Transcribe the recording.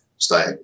Stay